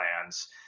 plans